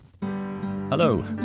Hello